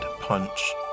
punch